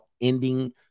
ending